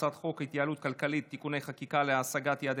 הצעת חוק ההתייעלות הכלכלית (תיקוני חקיקה להשגת יעדי